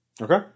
Okay